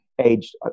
aged